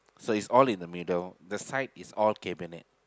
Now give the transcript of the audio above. so is all in the middle the side is all cabinet